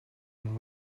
when